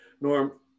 Norm